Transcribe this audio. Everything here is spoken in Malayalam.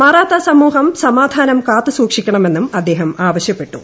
മറാത്ത സമൂഹം സമാധാനം കാത്തുസൂക്ഷിക്കണമെന്നും അദ്ദേഹം ആവശ്യപ്പെട്ടു